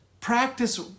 practice